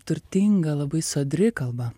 turtinga labai sodri kalba